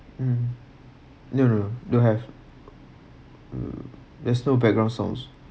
mm no no no don’t have there's no background sounds